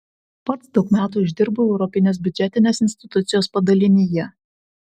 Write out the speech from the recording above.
pats daug metų išdirbau europinės biudžetinės institucijos padalinyje